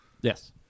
yes